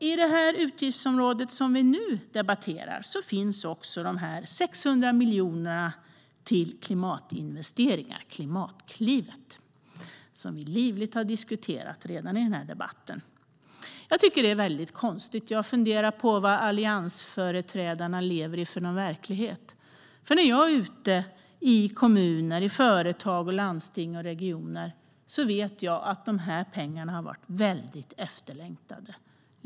I det utgiftsområde vi nu debatterar finns 600 miljoner till klimatinvesteringar - Klimatklivet, som vi redan har diskuterat livligt i den här debatten. Jag tycker att det är väldigt konstigt. Jag funderar på vilken verklighet alliansföreträdarna lever i, för när jag är ute i kommuner, företag, landsting och regioner vet jag att dessa pengar har varit väldigt efterlängtade.